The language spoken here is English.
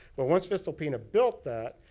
but once voestalpine built that,